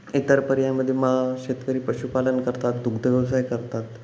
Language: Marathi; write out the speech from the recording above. इतर पर्यायामध्ये मा शेतकरी पशुपालन करतात दुग्धव्यवसाय करतात